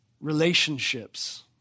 relationships